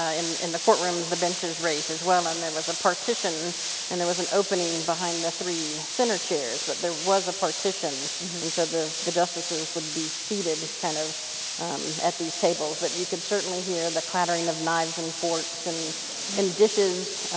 ah in in the courtroom the bench is raised as well and there was a partition and there was an opening behind the three center chairs but there was a partition and so the the justices would be seated kind of at these tables but you could certainly hear the clattering of knives and forks and and dishes.